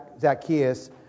Zacchaeus